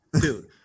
Dude